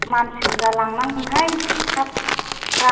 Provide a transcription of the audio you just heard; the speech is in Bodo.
मानसि बुरजा लांनांगोनहाय थाब